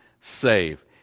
save